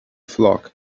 flock